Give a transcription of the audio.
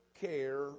care